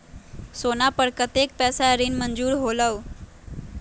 सोना पर कतेक पैसा ऋण मंजूर होलहु?